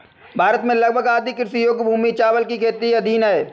भारत में लगभग आधी कृषि योग्य भूमि चावल की खेती के अधीन है